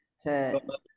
to-